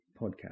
podcast